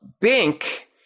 Bink